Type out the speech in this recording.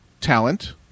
talent